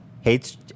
Hates